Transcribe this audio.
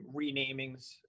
renamings